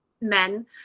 men